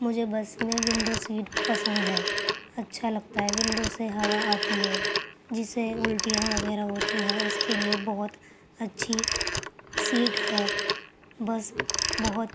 مجھے بس میں window seat پسند ہے اچھا لگتا ہے ونڈو سے ہوا آتی ہے جسے الٹیاں وغیرہ ہوتی ہوں اس کے لیے بہت اچھی سیٹ ہے بس بہت